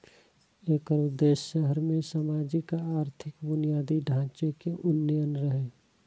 एकर उद्देश्य शहर मे सामाजिक आ आर्थिक बुनियादी ढांचे के उन्नयन रहै